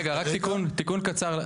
רק תיקון קצר,